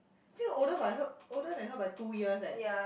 Jing Ru older by her older than her by two years eh